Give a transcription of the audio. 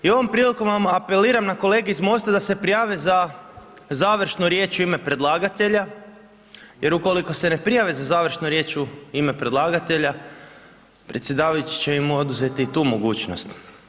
I ovom prilikom vam apeliram na kolege iz MOST-a da se prijave za završnu riječ u ime predlagatelja jer ukoliko se ne prijave za završnu riječ u ime predlagatelja predsjedavajući će im oduzeti i tu mogućnost.